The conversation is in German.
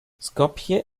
skopje